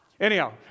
Anyhow